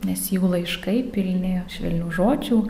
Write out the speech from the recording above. nes jų laiškai pilni švelnių žodžių